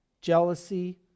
jealousy